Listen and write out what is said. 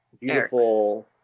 beautiful